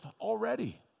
already